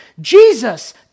Jesus